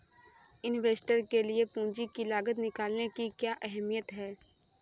Investor के लिए पूंजी की लागत निकालने की क्या अहमियत है?